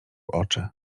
oczy